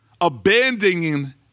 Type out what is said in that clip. abandoning